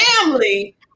family